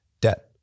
debt